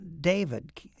David